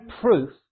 proof